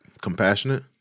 Compassionate